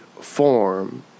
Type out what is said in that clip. form